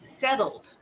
Settled